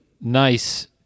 nice